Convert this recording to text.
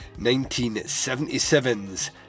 1977's